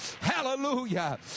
hallelujah